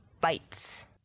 bites